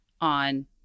on